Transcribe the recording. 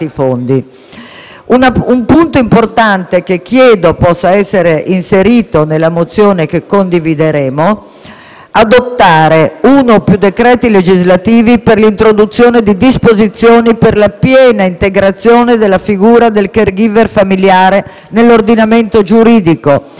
Un punto importante, che chiedo possa essere inserito all'ordine del giorno che condivideremo, è volto ad adottare uno o più decreti legislativi per l'introduzione di disposizioni per la piena integrazione della figura del *caregiver* familiare nell'ordinamento giuridico,